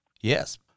Yes